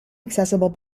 accessible